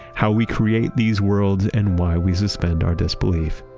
how we create these worlds and why we suspend our disbelief.